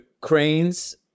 cranes